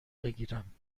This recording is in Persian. بگیرم